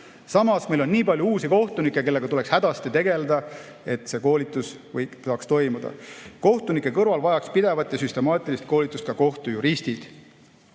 Meil on aga nii palju uusi kohtunikke, kellega tuleks hädasti tegeleda, et see koolitus saaks toimuda. Kohtunike kõrval vajaks pidevat ja süstemaatilist koolitust ka kohtujuristid.